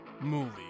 Movie